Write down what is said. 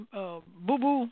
Boo-Boo